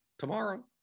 Tomorrow